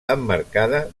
emmarcada